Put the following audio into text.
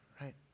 right